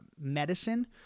medicine